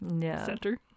center